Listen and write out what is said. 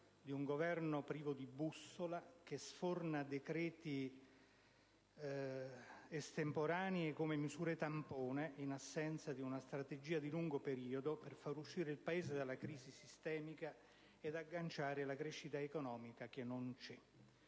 di un Governo privo di bussola, che sforna decreti estemporanei, misure tampone in assenza di una strategia di lungo periodo per far uscire il Paese dalla crisi sistemica ed agganciare la crescita economica che non c'è.